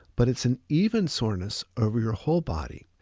but it's an even soreness over your whole body.